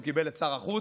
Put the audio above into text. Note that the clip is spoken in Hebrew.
הוא קיבל את שר החוץ.